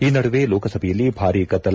ಈ ನಡುವೆ ಲೋಕಸಭೆಯಲ್ಲಿ ಭಾರೀ ಗದ್ದಲ